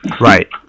Right